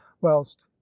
whilst